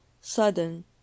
sudden